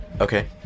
Okay